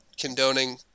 condoning